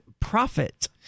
Profit